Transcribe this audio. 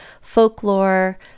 folklore